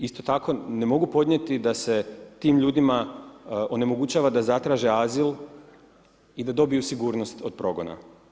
Isto tako, ne mogu podnijeti da se tim ljudima onemogućava da zatraže azil i da dobiju sigurnost od progona.